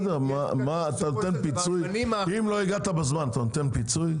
מה, אם לא הגעת בזמן אתה נותן פיצוי?